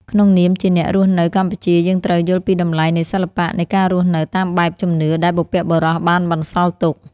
ក្នុងនាមជាអ្នករស់នៅកម្ពុជាយើងត្រូវយល់ពីតម្លៃនៃសិល្បៈនៃការរស់នៅតាមបែបជំនឿដែលបុព្វបុរសបានបន្សល់ទុក។